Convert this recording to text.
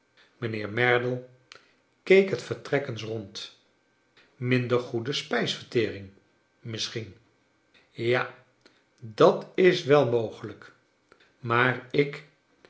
mijnheer merdle keek het vertrek eens rond minder goede spijsvertering misschien ja dat is wel mogelijk maar ik